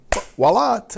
voila